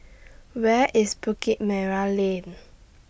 Where IS Bukit Merah Lane